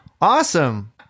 Awesome